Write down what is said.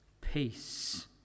peace